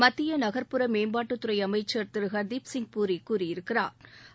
மத்திய நகள்ப்புற மேம்பாட்டுத் துறை அமைச்சள் திரு ஹா்தீப்சிங் பூரி கூறியிருக்கிறாா்